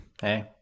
Hey